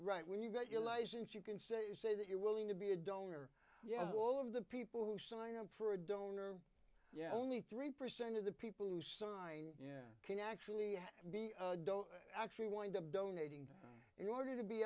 right when you got your license you can say say that you're willing to be a donor you have all of the people who sign up for a donor yeah only three percent of the people who sign yeah can actually be actually wind up donating in order to be